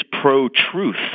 pro-truth